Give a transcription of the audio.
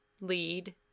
lead